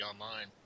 Online